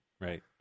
right